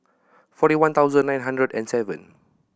forty one thousand nine hundred and seven